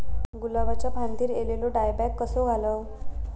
गुलाबाच्या फांदिर एलेलो डायबॅक कसो घालवं?